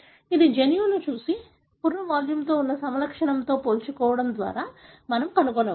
ఇది జన్యువును చూసి పుర్రె వాల్యూమ్తో ఉన్న లక్షణంతో పోల్చడం ద్వారా మనం కనుగొనవచ్చు